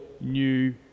new